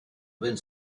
wind